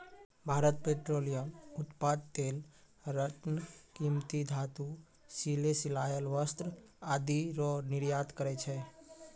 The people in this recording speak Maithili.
भारत पेट्रोलियम उत्पाद तेल रत्न कीमती धातु सिले सिलायल वस्त्र आदि रो निर्यात करै छै